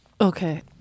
okay